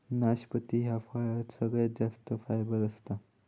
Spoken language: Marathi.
नाशपती ह्या फळात सगळ्यात जास्त फायबर असता